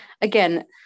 again